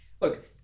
look